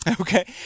Okay